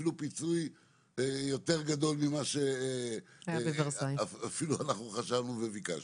אפילו יותר גדול ממה שחשבנו וביקשנו.